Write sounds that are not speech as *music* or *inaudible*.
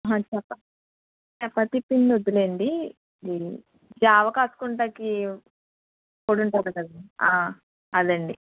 *unintelligible* చపాతీ పిండి వద్దులేండి జావా కాసుకుంటాకి పొడి ఉంటుంది కదండీ అదండీ